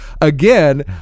again